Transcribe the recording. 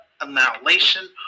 annihilation